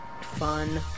fun